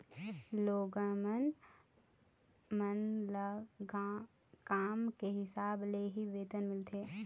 लोगन मन ल काम के हिसाब ले ही वेतन मिलथे